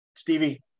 Stevie